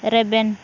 ᱨᱮᱵᱮᱱ